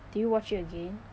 did you watch it again